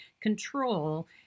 control